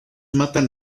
matan